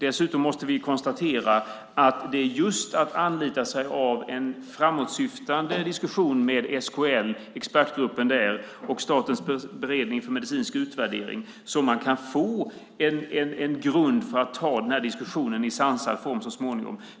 Dessutom måste vi konstatera att det är just genom en framåtsyftande diskussion med SKL, expertgruppen där, och Statens beredning för medicinsk utvärdering som man kan få en grund för att ta den här diskussionen i sansad form så småningom.